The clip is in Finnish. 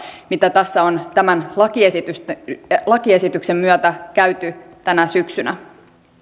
mitä tässä on tämän lakiesityksen myötä käyty tänä syksynä